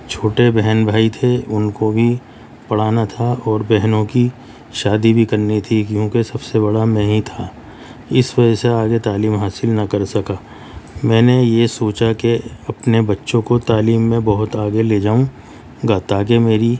چھوٹے بہن بھائی تھے ان کو بھی پڑھانا تھا اور بہنوں کی شادی بھی کرنی تھی کیونکہ سب سے بڑا میں ہی تھا اس وجہ سے آگے تعلیم حاصل نہ کرسکا میں نے یہ سوچا کہ اپنے بچوں کو تعلیم میں بہت آگے لے جاؤں گا تاکہ میری